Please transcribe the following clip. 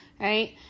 Right